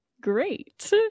Great